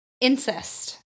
incest